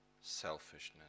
selfishness